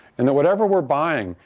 and, whatever we're buying,